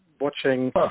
watching